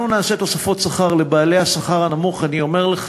יציאה לשהות במקלט לנשים מוכות לא תפגע ברציפות המגורים בדירה לצורך